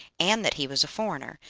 and that he was a foreigner,